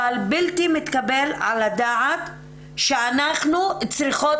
אבל בלתי מתקבל על הדעת שאנחנו צריכות